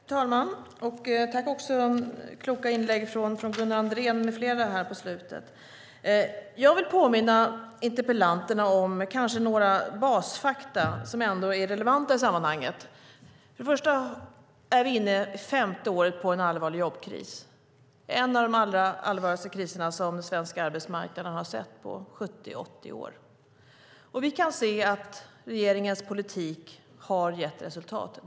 Fru talman! Jag tackar för kloka inlägg från Gunnar Andrén med flera här på slutet. Jag vill påminna interpellanterna om några basfakta som ändå är relevanta i sammanhanget. Först och främst är vi inne på det femte året av en allvarlig jobbkris. Det är en av de allvarligaste kriserna som svensk arbetsmarknad har sett på 70-80 år. Vi kan se att regeringens politik har gett resultat.